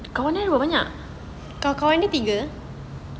kawan dia ada berapa banyak